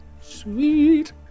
Sweet